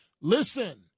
Listen